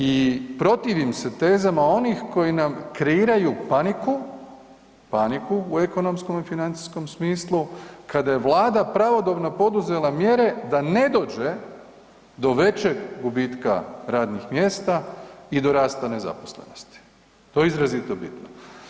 I protivim se tezama onih koji nam kreiraju paniku, paniku u ekonomskom i financijskom smislu, kada je vlada pravodobno poduzela mjere da ne dođe do većeg gubitka radnih mjesta i do rasta nezaposlenosti, to je izrazito bitno.